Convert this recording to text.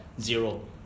zero